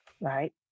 right